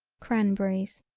cranberries.